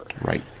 Right